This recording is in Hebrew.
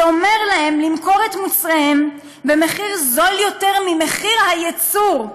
שאומר להם למכור את מוצריהם במחיר זול ממחיר הייצור?